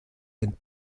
ein